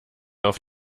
auf